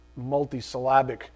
multisyllabic